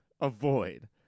avoid